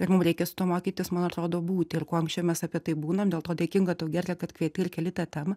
ir mum reikia su tuo mokytis man atrodo būti ir kuo anksčiau mes apie tai būnam dėl to dėkinga tau giedre kad kvieti ir keli tą temą